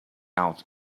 out